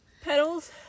Petals